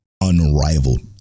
unrivaled